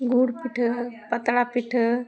ᱜᱩᱲ ᱯᱤᱴᱷᱟᱹ ᱯᱟᱛᱲᱟ ᱯᱤᱴᱷᱟᱹ